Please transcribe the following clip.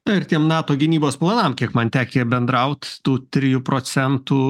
na ir tiem nato gynybos planam kiek man tekę bendraut tų trijų procentų